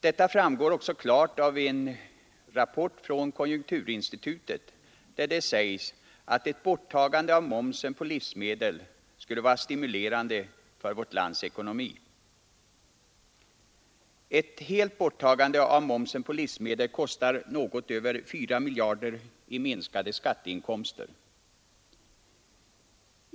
Detta framgår också klart av en rapport från konjunkturinstitutet där det sägs att ett borttagande av momsen på livsmedel skulle stimulera vårt lands ekonomi. Ett helt borttagande av momsen på livsmedel kostar något över 4 miljarder i minskade skatteinkomster.